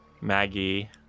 Maggie